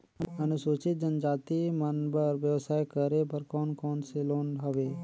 अनुसूचित जनजाति मन बर व्यवसाय करे बर कौन कौन से लोन हवे?